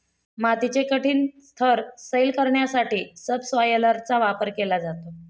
मातीचे कठीण थर सैल करण्यासाठी सबसॉयलरचा वापर केला जातो